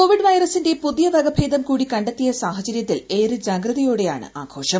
Covid വൈറസിന്റെ പുതിയ വകഭേദം കൂടി കണ്ടെത്തിയ സാഹചര്യത്തിൽ ഏറെ ജാഗ്രതയോടെയാണ് ആഘോഷം